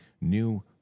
new